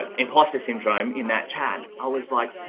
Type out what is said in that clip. ah imposter syndrome in that chat, i was like,